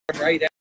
right